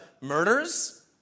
murders